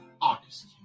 August